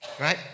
right